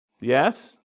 Yes